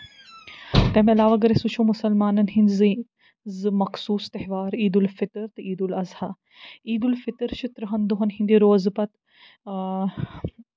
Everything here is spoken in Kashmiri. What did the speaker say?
تَمہِ علاوٕ اَگر أسۍ وٕچھو مُسلمانَن ہٕنٛدۍ زٕ زٕ مَخصوٗس تہوارعیٖد الفِطر تہٕ عیٖدُ الاضحیٰ عیٖد الفِطر چھُ تٕرٛہَن دۄہَن ہِنٛدِ روزٕ پَتہٕ آ